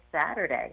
Saturday